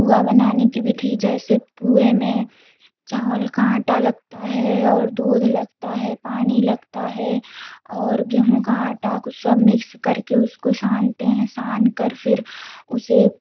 पुआ बनाने की विधी जैसे पुए में चावल का आटा लगता है और दूध लगता है पानी लगता है और गेहूँ का आटा को सब मिक्स करके उसको सानते हैं सान कर फिर उसे